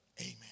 Amen